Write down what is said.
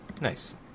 Nice